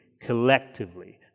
collectively